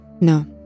No